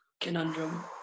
Conundrum